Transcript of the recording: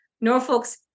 Norfolk's